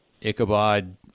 Ichabod